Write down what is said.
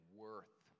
worth